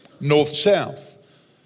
North-south